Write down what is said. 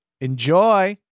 Enjoy